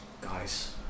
guys